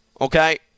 Okay